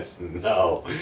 No